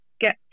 get